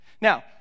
Now